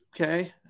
Okay